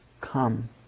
Come